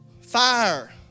Fire